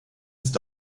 ist